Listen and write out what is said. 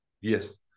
Yes